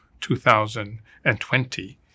2020